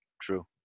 True